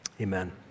Amen